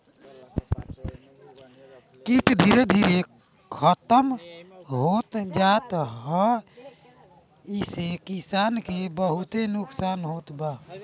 कीट धीरे धीरे खतम होत जात ह जेसे किसान के बहुते नुकसान होत बा